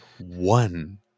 one